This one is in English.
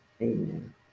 Amen